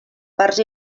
parts